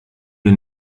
wir